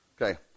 Okay